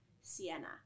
sienna